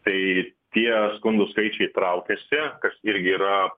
tai tie skundų skaičiai traukiasi kas irgi yra